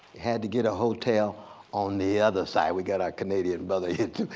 had to get a hotel on the other side. we got our canadian brother here, too.